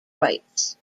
whites